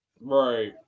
Right